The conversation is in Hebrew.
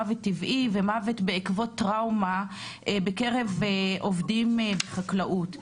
מוות טבעי ומוות בעקבות טראומה בקרב עובדים בחקלאות.